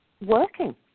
working